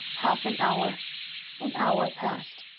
half an hour an hour passed,